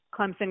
Clemson